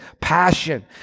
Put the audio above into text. passion